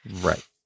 Right